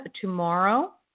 tomorrow